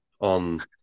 on